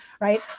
right